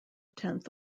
tenth